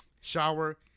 Shower